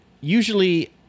Usually